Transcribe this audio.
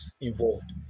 involved